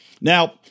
Now